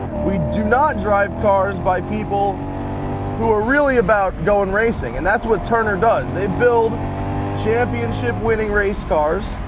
we do not drive cars by people who are really about going racing. and that's what turner does. they build championship-winning race cars.